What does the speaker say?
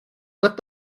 looked